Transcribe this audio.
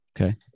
Okay